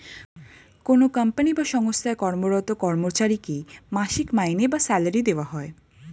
কোনো কোম্পানি বা সঙ্গস্থায় কর্মরত কর্মচারীকে মাসিক মাইনে বা স্যালারি দেওয়া হয়